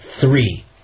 three